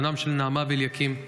בנם של נעמה ואליקים.